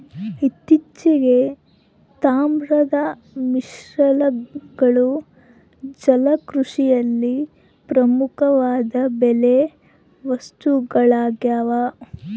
ಇತ್ತೀಚೆಗೆ, ತಾಮ್ರದ ಮಿಶ್ರಲೋಹಗಳು ಜಲಕೃಷಿಯಲ್ಲಿ ಪ್ರಮುಖವಾದ ಬಲೆ ವಸ್ತುಗಳಾಗ್ಯವ